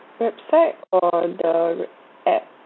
website or the app